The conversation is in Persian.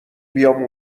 بیام